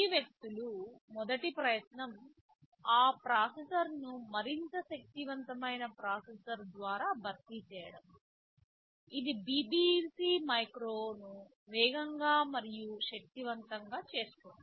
ఈ వ్యక్తుల మొదటి ప్రయత్నం ఆ ప్రాసెసర్ను మరింత శక్తివంతమైన ప్రాసెసర్ ద్వారా భర్తీ చేయడం ఇది BBC మైక్రోను వేగంగా మరియు శక్తివంతంగా చేస్తుంది